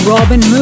Robin